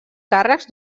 càrrecs